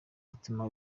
bituma